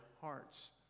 hearts